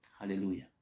Hallelujah